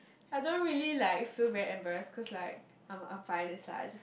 I don't really like feel very embarrassed cause like I'm I'm fine and such